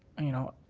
you know,